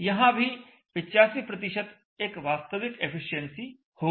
यहां भी 85 एक वास्तविक एफिशिएंसी होगी